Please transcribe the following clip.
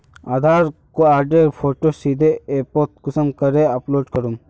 आधार कार्डेर फोटो सीधे ऐपोत कुंसम करे अपलोड करूम?